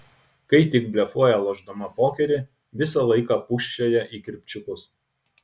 kai tik blefuoja lošdama pokerį visą laiką pūsčioja į kirpčiukus